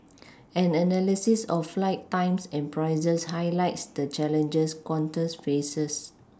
an analysis of flight times and prices highlights the challenges Qantas faces